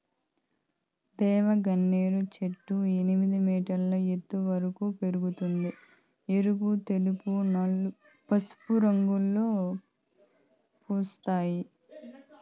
దేవగన్నేరు చెట్లు ఎనిమిది మీటర్ల ఎత్తు వరకు పెరగుతాయి, ఎరుపు, తెలుపు, పసుపు రంగులలో పూస్తాయి